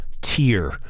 tier